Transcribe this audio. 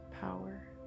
power